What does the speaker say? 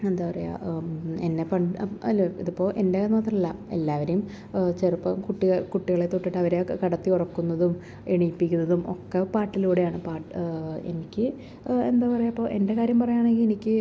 എന്താ പറയുക എന്നെ പണ്ട് അല്ല ഇതിപ്പോൾ എൻ്റേന്ന് മാത്രമല്ല എല്ലാവരും ചെറുപ്പം കുട്ടിയ കുട്ടികളെ തൊട്ടിട്ട് അവരെ ഒക്കെ കിടത്തി ഉറക്കുന്നതിനും എണീപ്പിക്കുന്നതും ഒക്കെ പാട്ടിലൂടെയാണ് പാ എനിക്ക് എന്താ പറയുക ഇപ്പം എൻ്റെ കാര്യം പറയുകയാണെങ്കിൽ എനിക്ക്